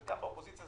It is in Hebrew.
חלקם באופוזיציה,